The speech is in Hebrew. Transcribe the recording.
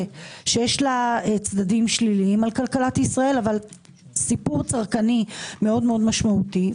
שיש לה צדדים שליליים על כלכלית ישראל אבל סיפור צרכני מאוד משמעותי.